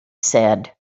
said